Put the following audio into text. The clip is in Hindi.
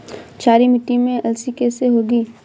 क्षारीय मिट्टी में अलसी कैसे होगी?